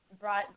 brought